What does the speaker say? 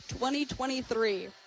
2023